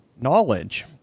knowledge